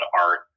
art